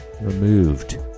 removed